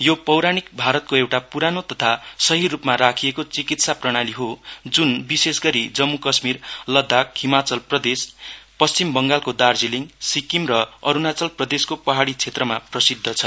यो पौराणिक भारतको एउटा पुरानो तथा सहि रुपमा राखिएको चिकित्सा प्रणाली हो जुन विशेषगरि जम्मु कश्मीर लदाकहिमाचल प्रदेश पश्चिम बङगालको दार्जीलिङ सिक्किम र अरुणाचल प्रदेशको पहाड़ी क्षेत्रमा प्रशिद्ध छ